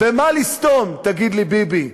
/ במה לסתום, תגיד לי, ביבי?